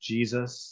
Jesus